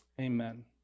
amen